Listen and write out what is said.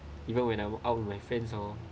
even when I was out my friends or